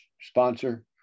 sponsor